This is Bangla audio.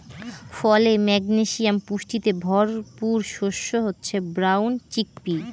ফলে, ম্যাগনেসিয়াম পুষ্টিতে ভরপুর শস্য হচ্ছে ব্রাউন চিকপি